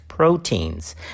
proteins